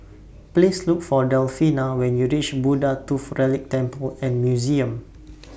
Please Look For Delfina when YOU REACH Buddha Tooth Relic Temple and Museum